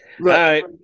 Right